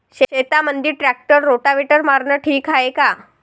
शेतामंदी tractor rotavator मारनं ठीक हाये का?